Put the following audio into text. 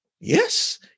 yes